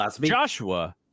Joshua